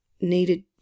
needed